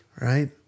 right